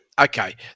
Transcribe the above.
Okay